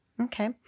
Okay